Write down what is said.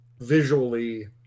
visually